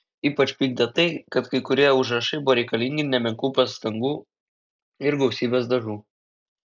ypač pykdė tai kad kai kurie užrašai buvo reikalingi nemenkų pastangų ir gausybės dažų